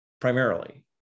primarily